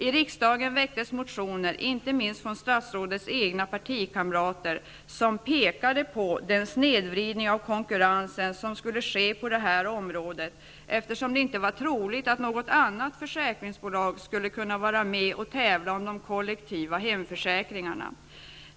I riksdagen väcktes motioner, inte minst från statsrådets egna partikamrater, som pekade på den snedvridning av konkurrensen som skulle ske på området, eftersom det inte var troligt att något annat försäkringsbolag skulle kunna vara med och tävla om de kollektiva hemförsäkringarna.